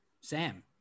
Sam